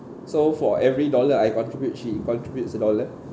so for every dollar I contribute she contributes a dollar